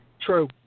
True